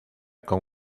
con